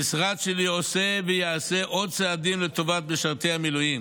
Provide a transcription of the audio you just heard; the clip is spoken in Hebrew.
המשרד שלי עושה ויעשה עוד צעדים לטובת משרתי המילואים.